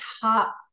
top